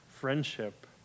friendship